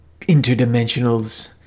interdimensionals